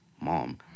mom